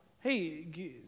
hey